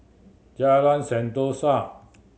Jalan Sentosa